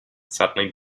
suddenly